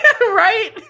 Right